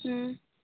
ᱦᱩᱸ